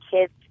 kids